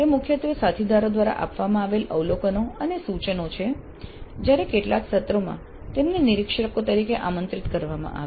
તે મુખ્યત્વે સાથીદારો દ્વારા આપવામાં આવેલા અવલોકનો અને સૂચનો છે જયારે કેટલાક સત્રોમાં તેમને નિરીક્ષકો તરીકે આમંત્રિત કરવામાં આવે